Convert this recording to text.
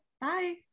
bye